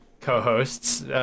co-hosts